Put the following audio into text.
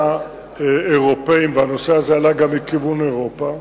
אירופים והנושא הזה עלה מכיוון אירופה.